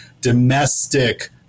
domestic